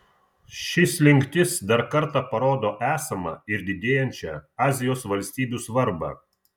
ši slinktis dar kartą parodo esamą ir didėjančią azijos valstybių svarbą